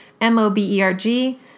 M-O-B-E-R-G